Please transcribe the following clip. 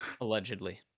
Allegedly